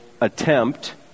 attempt